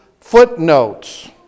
footnotes